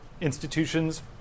institutions